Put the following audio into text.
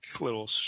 little